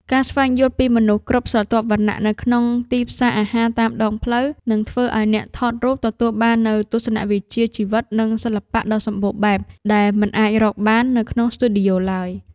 ការស្វែងយល់ពីមនុស្សគ្រប់ស្រទាប់វណ្ណៈនៅក្នុងទីផ្សារអាហារតាមដងផ្លូវ នឹងធ្វើឱ្យអ្នកថតរូបទទួលបាននូវទស្សនវិជ្ជាជីវិត និងសិល្បៈដ៏សម្បូរបែបដែលមិនអាចរកបាននៅក្នុងស្ទូឌីយោឡើយ។